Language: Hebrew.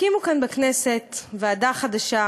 הקימו כאן בכנסת ועדה חדשה,